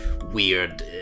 weird